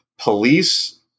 police